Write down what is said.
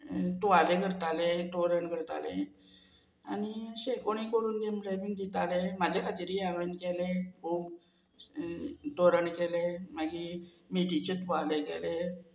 तुवाले करताले तोरण करताले आनी अशें कोणी करून जमले बीन दिताले म्हाजे खातीरय हांवें केले खूब तोरण केले मागीर मेटीचे तुवाले केले